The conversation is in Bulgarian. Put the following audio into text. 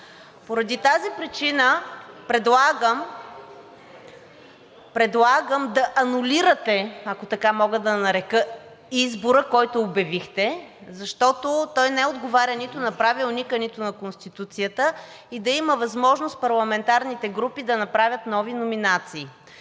Поради тази причина предлагам да анулирате, ако така мога да нарека избора, който обявихте, защото той не отговаря нито на Правилника, нито на Конституцията, и да има възможност парламентарните групи да направят нови номинации.